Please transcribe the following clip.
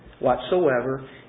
whatsoever